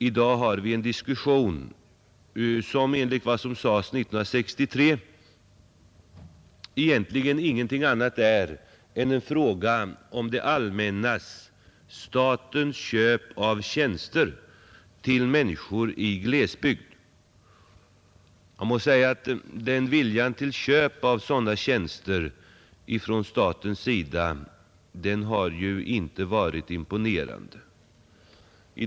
I dag har vi en diskussion som, enligt vad som sades 1963, egentligen ingenting annat är än en fråga om det allmännas, dvs. statens köp av tjänster till människor i glesbygd. Jag måste säga att viljan till köp av sådana tjänster från statens sida inte är imponerande.